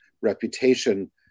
reputation